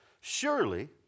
Surely